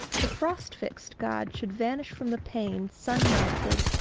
the frost-fixed god should vanish from the pane, sun-melted,